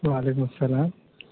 وعلیکم السلام